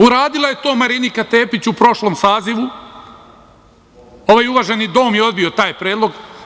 Uradila je to Marinika Tepić u prošlom sazivu, ovaj uvaženi dom je odbio taj predlog.